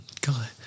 God